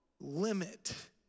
limit